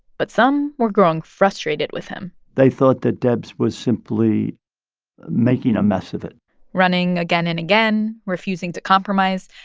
but some were growing frustrated with him they thought that debs was simply making a mess of it running again and again, refusing to compromise,